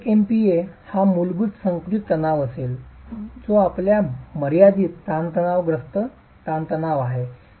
तर 1 MP MPa हा मूलभूत संकुचित तणाव असेल जो आपल्या मर्यादीत तणावग्रस्त ताणतणाव आहे